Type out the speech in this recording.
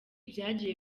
byagiye